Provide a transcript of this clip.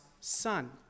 son